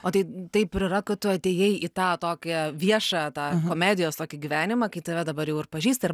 o tai taip ir yra kad tu atėjai į tą tokią viešą tą komedijos tokį gyvenimą kai tave dabar jau ir pažįsta ir